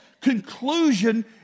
conclusion